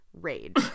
rage